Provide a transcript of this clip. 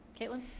Caitlin